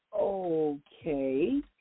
okay